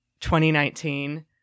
2019